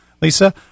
Lisa